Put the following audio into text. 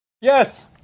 Yes